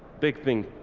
big thing.